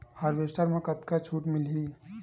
Harvester म कतका छूट मिलही?